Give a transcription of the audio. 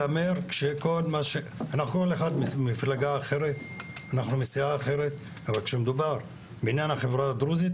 אנחנו מסיעה אחרת אבל כשמדובר בעניין החברה הדרוזית,